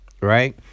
right